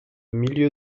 milieu